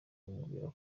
bamubwira